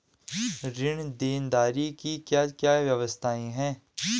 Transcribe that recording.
ऋण देनदारी की क्या क्या व्यवस्थाएँ हैं?